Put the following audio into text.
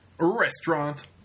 Restaurant